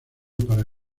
para